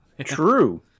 true